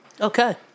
okay